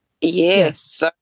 Yes